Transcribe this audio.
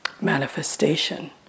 manifestation